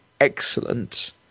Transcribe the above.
excellent